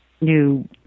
new